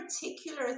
particular